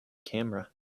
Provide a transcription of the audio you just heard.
camera